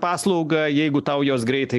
paslaugą jeigu tau jos greitai